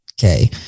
Okay